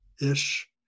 ish